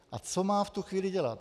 A co má v tu chvíli dělat?